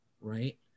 right